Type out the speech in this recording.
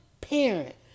parent